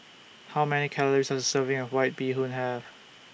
How Many Calories Does A Serving of White Bee Hoon Have